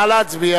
ההצעה